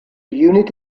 unit